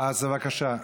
אז בבקשה.